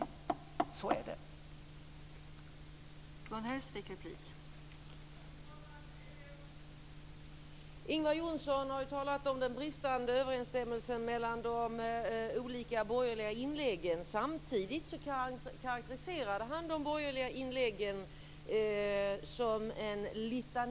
Så är det.